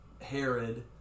Herod